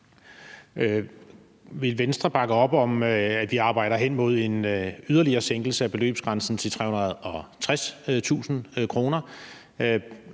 Vil Venstre bakke op om, at vi arbejder hen mod en yderligere sænkelse af beløbsgrænsen til 360.000 kr.?